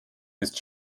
ist